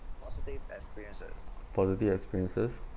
positive experiences